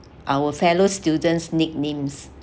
our fellow students nicknames